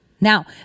Now